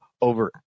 over